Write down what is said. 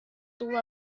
tuvo